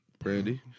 Brandy